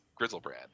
Grizzlebrand